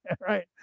Right